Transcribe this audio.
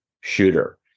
shooter